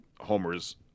homers